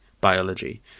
biology